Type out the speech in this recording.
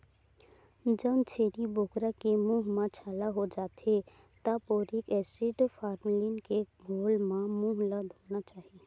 जउन छेरी बोकरा के मूंह म छाला हो जाथे त बोरिक एसिड, फार्मलीन के घोल म मूंह ल धोना चाही